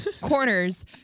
corners